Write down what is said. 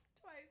twice